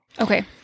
Okay